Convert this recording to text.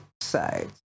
sides